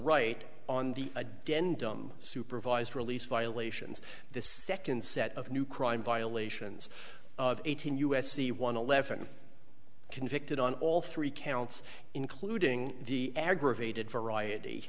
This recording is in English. right on the a den dumb supervised release violations the second set of new crime violations eighteen u s c one eleven convicted on all three counts including the aggravated variety